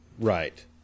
Right